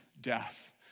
death